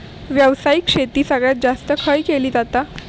व्यावसायिक शेती सगळ्यात जास्त खय केली जाता?